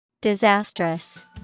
Disastrous